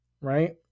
Right